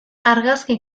argazki